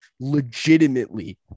legitimately